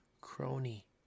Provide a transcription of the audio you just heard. crony